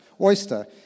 Oyster